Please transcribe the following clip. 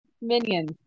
minions